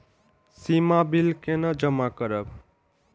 सीमा bill केना जमा करब?